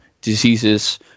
diseases